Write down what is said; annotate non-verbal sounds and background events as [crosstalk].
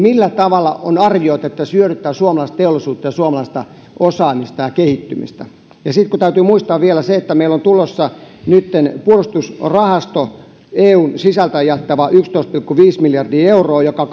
[unintelligible] millä tavalla on arvioitu että hx ja laivue kaksituhattakaksikymmentä hankkeet hyödyttävät suomalaista teollisuutta ja suomalaista osaamista ja kehittymistä sitten täytyy muistaa vielä se että meillä on tulossa nyt puolustusrahasto eun sisältä jaettava yksitoista pilkku viisi miljardia euroa joka [unintelligible]